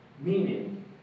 Meaning